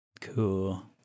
Cool